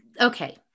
okay